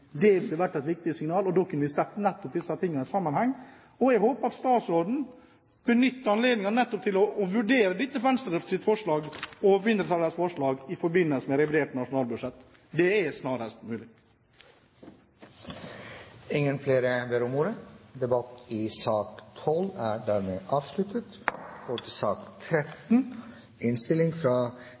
Det ville vært et viktig signal, og da kunne vi sett nettopp disse tingene i sammenheng. Jeg håper at statsråden benytter anledningen til nettopp å vurdere Venstres forslag og mindretallets forslag i forbindelse med revidert nasjonalbudsjett. Det er snarest mulig. Flere har ikke bedt om ordet til sak